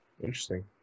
Interesting